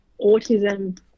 autism